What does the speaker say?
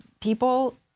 people